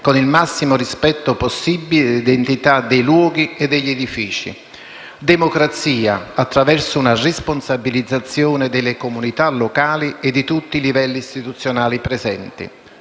con il massimo rispetto possibile dell'identità dei luoghi e degli edifici; democrazia attraverso una responsabilizzazione delle comunità locali e di tutti i livelli istituzionali presenti;